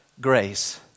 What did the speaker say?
grace